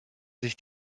sich